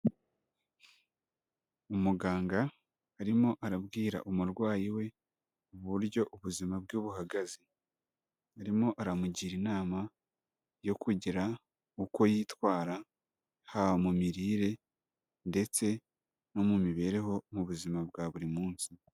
Umuganga arimo arabwira umurwayi we, uburyo ubuzima bwe buhagaze, arimo aramugira inama, yo kugira uko yitwara, haba mu mirire, ndetse no mu mibereho mu buzima bwa buri munsi.